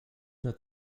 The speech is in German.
der